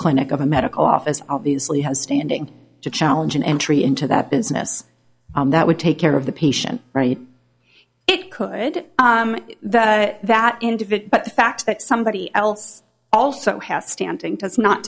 clinic of a medical officer obviously has standing to challenge an entry into that business that would take care of the patient right it could that that individual but the fact that somebody else also ha